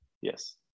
Yes